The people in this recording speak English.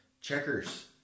Checkers